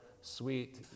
sweet